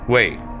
Wait